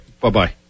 bye-bye